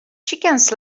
chickens